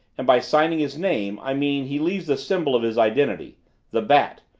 and by signing his name i mean he leaves the symbol of his identity the bat,